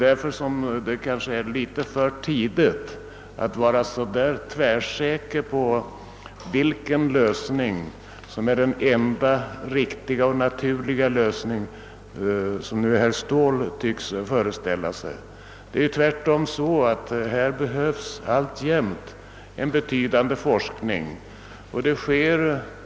Därför är det kanske litet för tidigt att vara så tvärsäker om vilken lösning som är den enda riktiga och naturliga som herr Ståhl tycktes vara. Det är tvärtom så att en betydande forskning alltjämt är nödvändig.